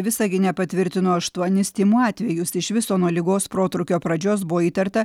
visagine patvirtino aštuonis tymų atvejus iš viso nuo ligos protrūkio pradžios buvo įtarta